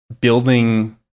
building